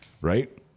right